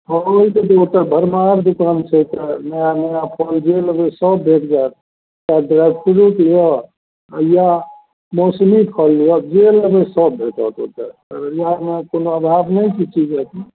हँ तऽ ओतए भरमार दोकान छै तऽ नया नया फल जे लेबै सब भेटि जाएत चाहे ड्राइ फ्रूट लिअऽ या मौसमी फल लिअऽ जे लेबै सब भेटत ओतए अररियामे कोनो अभाव नहि छै चीजके